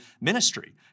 ministry